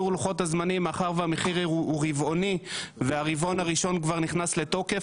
מאחר והמחיר הוא רבעוני והרבעון הראשון כבר נכנס לתוקף,